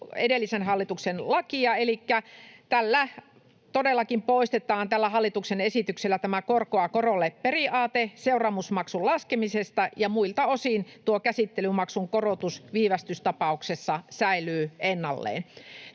elikkä todellakin tällä hallituksen esityksellä poistetaan tämä korkoa korolle ‑periaate seuraamusmaksun laskemisesta, ja muilta osin käsittelymaksun korotus viivästystapauksessa säilyy ennallaan.